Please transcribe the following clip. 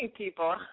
people